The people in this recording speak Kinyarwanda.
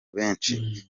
benshi